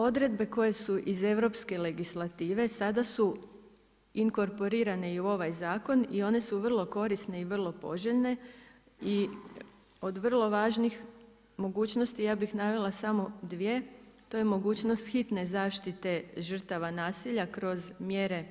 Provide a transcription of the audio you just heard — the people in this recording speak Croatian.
Odredbe koje su iz europske legislative sada su inkorporirane i ovaj zakon i one su vrlo korisne i vrlo poželjne i od vrlo važnih mogućnosti, ja bih navela samo 2. To je mogućnost hitne zaštite žrtava nasilja kroz mjere